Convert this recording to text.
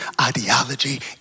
ideology